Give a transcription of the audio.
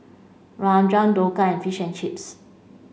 Rajma Dhokla and Fish and Chips